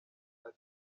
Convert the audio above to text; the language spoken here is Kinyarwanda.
ati